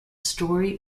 story